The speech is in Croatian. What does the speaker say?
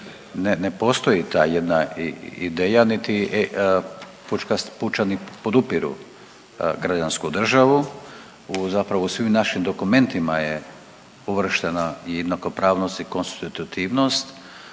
ne postoji ta jedna ideja niti Pučani podupiru građansku državu u zapravo svim našim dokumentima uvrštena jednakopravnost i konstitutivnost,